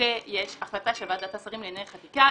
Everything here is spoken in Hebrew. כשיש החלטה של ועדת השרים לענייני חקיקה,